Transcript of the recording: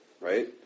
right